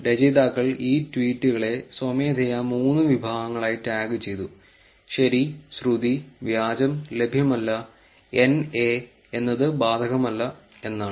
രചയിതാക്കൾ ഈ ട്വീറ്റുകളെ സ്വമേധയാ മൂന്ന് വിഭാഗങ്ങളായി ടാഗുചെയ്തു ശരി ശ്രുതി വ്യാജം ലഭ്യമല്ല NA എന്നത് ബാധകമല്ല എന്നാണ്